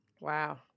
Wow